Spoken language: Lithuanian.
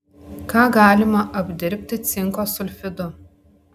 ką galima apdirbti cinko sulfidu